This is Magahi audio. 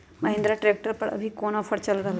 महिंद्रा ट्रैक्टर पर अभी कोन ऑफर चल रहा है?